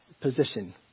position